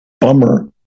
bummer